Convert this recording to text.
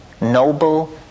noble